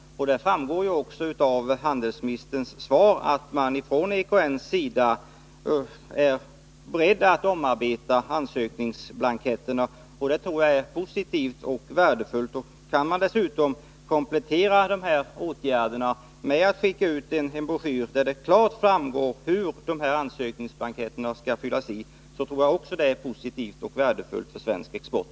Det framgår också av handelsministerns svar att man från EKN:s sida är beredd att omarbeta ansökningsblanketterna. Det tror jag är positivt och värdefullt. Kan man dessutom komplettera de här åtgärderna med att skicka ut en broschyr av vilken det klart framgår hur de här ansökningsblanketterna skall fyllas i, tror jag att också det är positivt och värdefullt för svensk export.